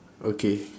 okay